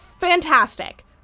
Fantastic